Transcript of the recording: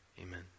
amen